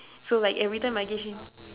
so like every time I gave him